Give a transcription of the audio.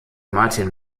martin